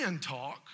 talk